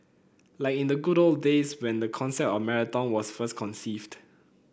like in the good old days when the concept of marathon was first conceived